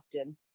often